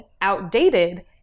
outdated